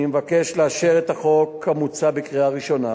אני מבקש לאשר את הצעת החוק המוצעת בקריאה ראשונה